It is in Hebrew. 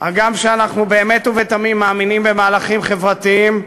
הגם שאנחנו באמת ובתמים מאמינים במהלכים חברתיים,